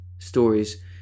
Stories